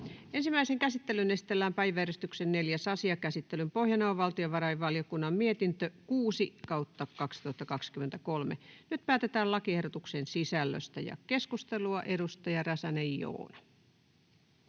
Ensimmäiseen käsittelyyn esitellään päiväjärjestyksen 4. asia. Käsittelyn pohjana on valtiovarainvaliokunnan mietintö VaVM 6/2023 vp. Nyt päätetään lakiehdotuksen sisällöstä. — Keskustelua, edustaja Räsänen, Joona.